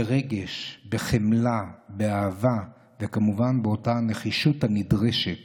ברגש, בחמלה, באהבה, וכמובן, באותה נחישות הנדרשת